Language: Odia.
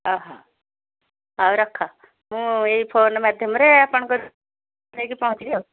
ଓଃ ହେ ଉ ରଖ ମୁଁ ଏହି ଫୋନ ମାଧ୍ୟମରେ ଆପଣଙ୍କ ହୋଇକି ପହଞ୍ଚିବି ଆଉ